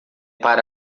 para